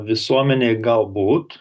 visuomenei galbūt